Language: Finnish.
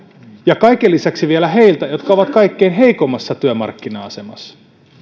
ja kaiken lisäksi vielä heiltä jotka ovat kaikkein heikoimmassa työmarkkina asemassa